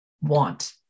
want